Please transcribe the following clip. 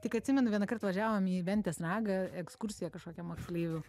tik atsimenu vienąkart važiavom į ventės ragą ekskursiją kažkokią moksleivių